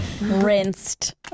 Rinsed